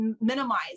minimize